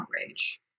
outrage